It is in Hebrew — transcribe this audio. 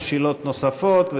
שאלות נוספות,